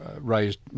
raised